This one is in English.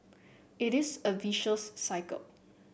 it is a vicious cycle